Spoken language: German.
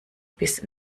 bis